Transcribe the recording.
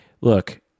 look